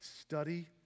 Study